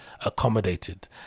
Accommodated